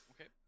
okay